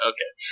Okay